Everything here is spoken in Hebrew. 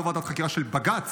לא ועדת חקירה של בג"ץ,